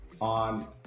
on